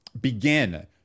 begin